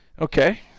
okay